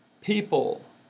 people